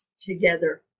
together